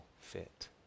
fit